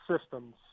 systems